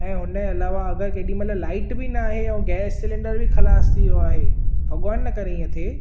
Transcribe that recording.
ऐं हुनजे अलावा केडी॒ महिल लाइट बि न आहे ऐं गैस सिलेंडर बि खलासु थी वियो आहे भगवान न करे ईअं थिए